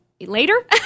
later